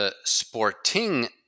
sporting